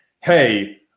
hey